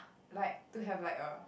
like to have like a